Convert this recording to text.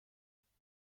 میدارم